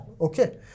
okay